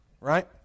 right